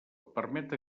permet